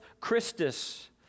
Christus